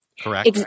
correct